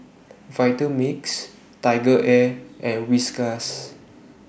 Vitamix Tiger Air and Whiskas